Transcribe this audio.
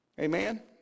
Amen